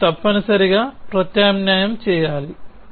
నేను తప్పనిసరిగా ప్రత్యామ్నాయం చేయాలి